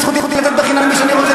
וזכותי לקבל בחינם ממי שאני רוצה.